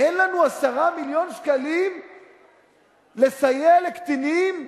אין לנו 10 מיליון שקלים לסייע לקטינים?